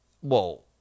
Whoa